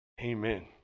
Amen